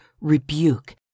rebuke